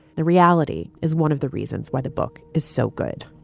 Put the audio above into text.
the reality is one of the reasons why the book is so good